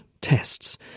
tests